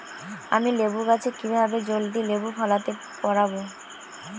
আমি লেবু গাছে কিভাবে জলদি লেবু ফলাতে পরাবো?